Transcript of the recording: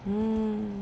mm